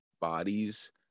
bodies